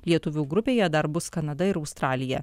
lietuvių grupėje dar bus kanada ir australija